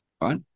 right